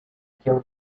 kill